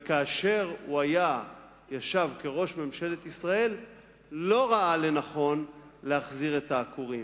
כאשר הוא ישב כראש ממשלת ישראל הוא לא ראה לנכון להחזיר את העקורים.